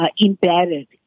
embedded